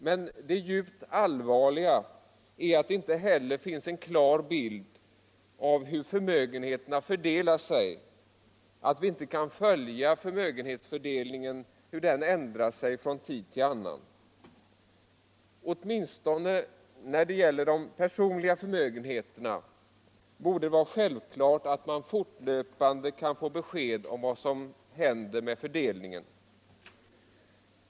Men det djupt allvarliga är att det inte heller finns en klar bild av hur förmögenheterna fördelar sig, att vi inte kan följa hur förmögenhetsfördelningen utvecklar sig från tid till annan. Åtminstone när det gäller de personliga förmögenheterna borde det vara självklart att man fortlöpande kan få besked om vad som händer med fördelningen.